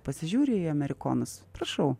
pasižiūri į amerikonus prašau